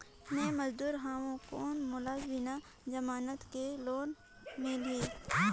मे मजदूर हवं कौन मोला बिना जमानत के लोन मिलही?